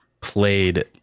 played